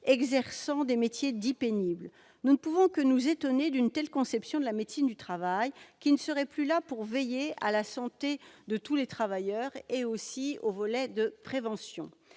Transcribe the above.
exerçant des métiers dits « pénibles ». Nous ne pouvons que nous étonner d'une telle conception de la médecine du travail, qui ne serait plus là pour veiller à la santé de tous les travailleurs. Permettez-moi de revenir